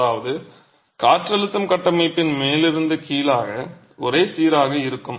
அதாவது காற்றழுத்தம் கட்டமைப்பின் மேலிருந்து கீழாக ஒரே சீராக இருக்கும்